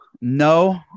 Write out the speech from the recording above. No